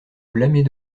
blâmer